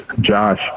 Josh